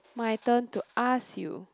my turn to ask you